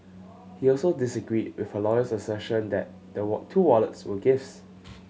he also disagreed with her lawyer's assertion that the two wallets were gifts